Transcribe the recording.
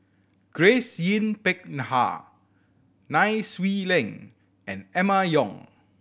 Grace Yin Peck Ha Nai Swee Leng and Emma Yong